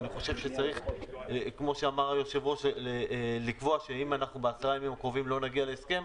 צריך לקבוע שאם בעשרת הימים הקרובים לא נגיע להסכם